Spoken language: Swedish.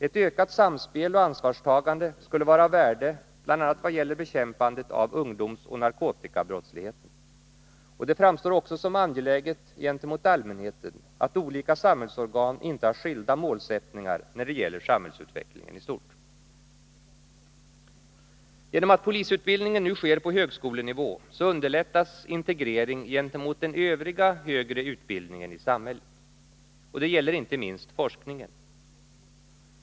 Ett ökat samspel och ansvarstagande skulle vara av värde bl.a. vad gäller bekämpandet av ungdomsoch narkotikabrottsligheten. Det framstår också som angeläget gentemot allmänheten att olika samhällsorgan inte har skilda målsättningar när det gäller samhällsutvecklingen i stort. Genom att polisutbildningen nu sker på högskolenivå underlättas integrering med den övriga högre utbildningen i samhället. Detta gäller inte minst forskningen.